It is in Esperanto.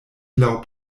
laŭ